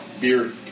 beer